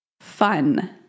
fun